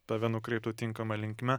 tave nukreiptų tinkama linkme